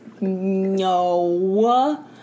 No